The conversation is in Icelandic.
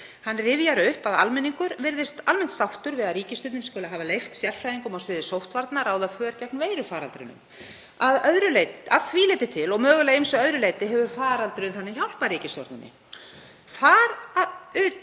Hann rifjar upp að almenningur virðist almennt sáttur við að ríkisstjórnin skuli hafa leyft sérfræðingum á sviði sóttvarna að ráða för gegn veirufaraldrinum. Að því leyti til og mögulega að ýmsu öðru leyti hefur faraldurinn þannig að hjálpað ríkisstjórninni. Þess